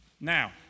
Now